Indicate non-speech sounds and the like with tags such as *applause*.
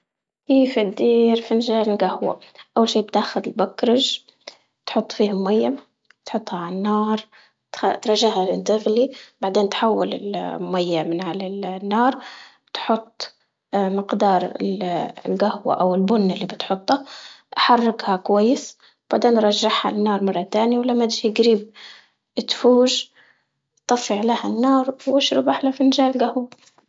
كيف تدير فنجان قهوة؟ أول شي بتاخذ البكرج بتحط فيه مية بتحطها على النار بتح- بترجعها تغلي بعدين بتحول المية من على ال- النار وبتحط *hesitation* مقدار ال- القهوة أو البن اللي تحطه، حركها كويس وبعدين رجعها للنار مرة تانية ولما تيجي قريب تفور طفي عليها النار واشرب أحلى فنجان قهوة.